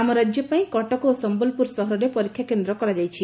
ଆମ ରାକ୍ୟପାଇଁ କଟକ ଓ ସମ୍ୟଲପୁର ସହରରେ ପରୀକ୍ଷା କେନ୍ଦ୍ର କରାଯାଇଛି